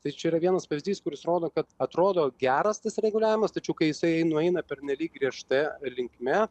tai čia yra vienas pavyzdys kuris rodo kad atrodo geras tas reguliavimas tačiau kai jisai nueina pernelyg griežta linkme